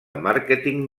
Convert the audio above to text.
màrqueting